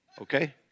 Okay